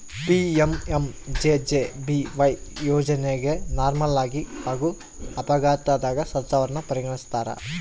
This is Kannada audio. ಪಿ.ಎಂ.ಎಂ.ಜೆ.ಜೆ.ಬಿ.ವೈ ಯೋಜನೆಗ ನಾರ್ಮಲಾಗಿ ಹಾಗೂ ಅಪಘಾತದಗ ಸತ್ತವರನ್ನ ಪರಿಗಣಿಸ್ತಾರ